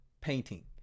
painting